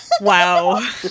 Wow